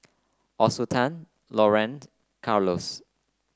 Assunta Laurene Carlos